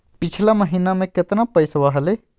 पिछला महीना मे कतना पैसवा हलय?